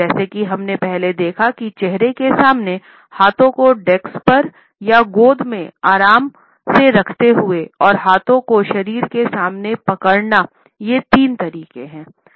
जैसा कि हमने पहले देखा है चेहरे के सामने हाथों को डेस्क पर या गोद में आराम करते हुए और हाथों को शरीर के सामने पकड़ना ये तीन तरीके हैं